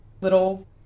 little